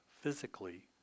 physically